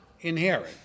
inherit